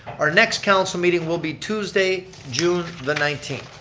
our next council meeting will be tuesday, june the nineteenth.